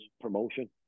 promotion